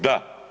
Da.